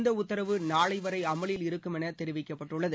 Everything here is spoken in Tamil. இந்த உத்தரவு நாளை வரை அமலில் இருக்கும் என தெரிவிக்கப்பட்டுள்ளது